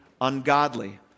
ungodly